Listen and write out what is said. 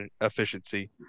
efficiency